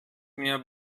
mir